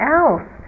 else